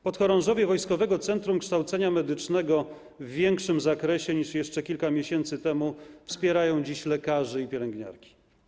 Podchorążowie Wojskowego Centrum Kształcenia Medycznego w większym zakresie niż jeszcze kilka miesięcy temu wspierają dziś lekarzy i pielęgniarki.